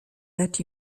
that